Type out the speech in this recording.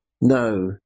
no